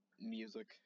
music